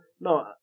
No